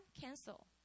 cancel